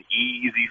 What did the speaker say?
easy